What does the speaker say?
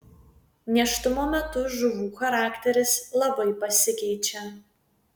nėštumo metu žuvų charakteris labai pasikeičia